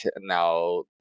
Now